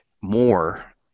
more